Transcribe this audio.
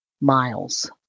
miles